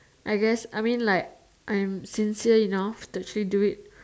I guess I mean like I'm sincere enough to actually do it